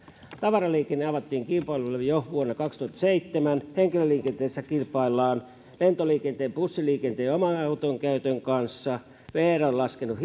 tavaraliikenne avattiin kilpailulle jo vuonna kaksituhattaseitsemän henkilöliikenteessä kilpaillaan lentoliikenteen bussiliikenteen ja oman auton käytön kanssa vr on laskenut